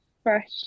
fresh